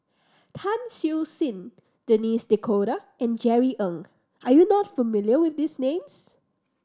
Tan Siew Sin Denis D'Cotta and Jerry Ng are you not familiar with these names